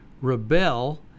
rebel